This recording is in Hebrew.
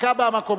הנמקה מהמקום.